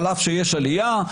על אף שיש עלייה,